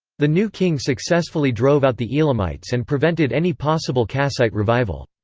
the new king successfully drove out the elamites and prevented any possible kassite revival.